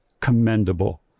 commendable